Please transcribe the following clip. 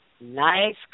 Nice